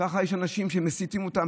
ככה יש אנשים שמסיתים אותם,